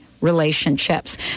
relationships